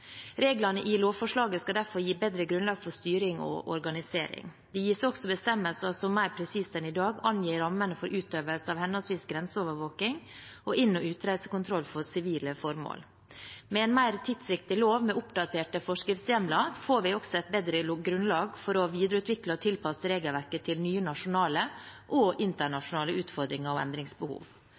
Reglene i lovforslaget skal derfor gi bedre grunnlag for styring og organisering. Det gis også bestemmelser som mer presist enn i dag angir rammene for utøvelsen av henholdsvis grenseovervåkning og inn- og utreisekontroll for sivile formål. Med en mer tidsriktig lov med oppdaterte forskriftshjemler får vi også et bedre grunnlag for å videreutvikle og tilpasse regelverket til nye nasjonale og internasjonale utfordringer og endringsbehov.